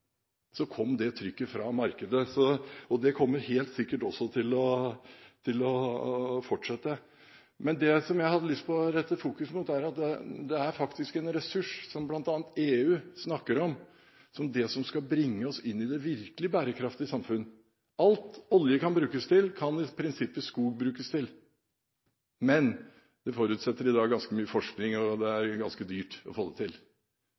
det er en problemstilling. Trykket kom fra markedet. Det kommer helt sikkert også til å fortsette. Det jeg hadde lyst til å sette søkelyset på, er at det faktisk er en ressurs som bl.a. EU snakker om som det som skal bringe oss inn i et virkelig bærekraftig samfunn. Alt olje kan brukes til, kan i prinsippet skog brukes til, men det forutsetter i dag ganske mye forskning, og det er ganske dyrt å få det til.